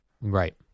Right